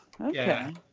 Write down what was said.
okay